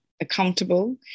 accountable